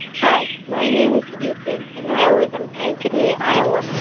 hi, my name is ethan, and i live in and ankeny, iowa.